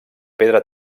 pedra